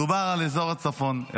מדובר על אזור הצפון,